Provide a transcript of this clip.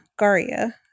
Garia